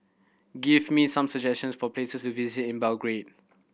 give me some suggestions for places to visit in Belgrade